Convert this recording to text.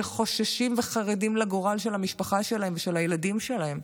שחוששים וחרדים לגורל של המשפחה שלהם ושל הילדים שלהם,